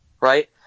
Right